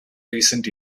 recent